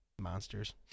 Monsters